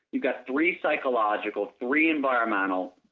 you got three psychological, three environment, um